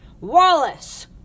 Wallace